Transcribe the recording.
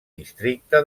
districte